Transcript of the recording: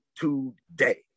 today